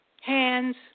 hands